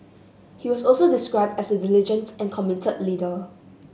he was also described as a diligent and committed leader